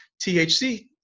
THC